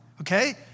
Okay